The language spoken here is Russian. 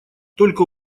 только